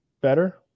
better